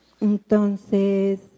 Entonces